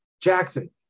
Jackson